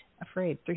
Afraid